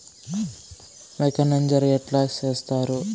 మేక నంజర ఎట్లా సేస్తారు?